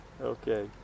Okay